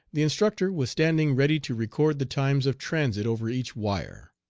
the instructor was standing ready to record the times of transit over each wire.